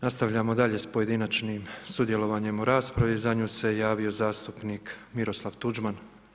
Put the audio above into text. Nastavljamo dalje sa pojedinačnim sudjelovanjem u raspravi, za nju se javio zastupnik Miroslav Tuđman.